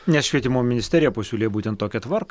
nes švietimo ministerija pasiūlė būtent tokią tvarką